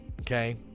okay